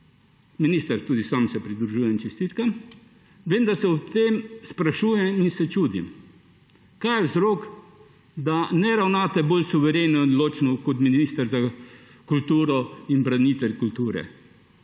Minister, tudi sam se pridružujem čestitkam, vendar se ob tem sprašujem in se čudim, kaj je vzrok, da ne ravnate bolj suvereno in odločno kot minister za kulturo in branitelj kulture,